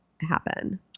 happen